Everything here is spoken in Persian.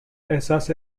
احساس